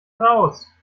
raus